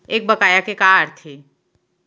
एक बकाया के का अर्थ हे?